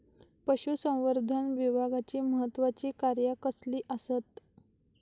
पशुसंवर्धन विभागाची महत्त्वाची कार्या कसली आसत?